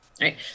right